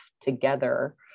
together